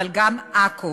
אבל גם עכו,